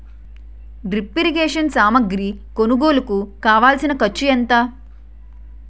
drip irrigation సామాగ్రి కొనుగోలుకు కావాల్సిన ఖర్చు ఎంత